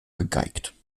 gegeigt